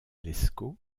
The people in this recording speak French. lescot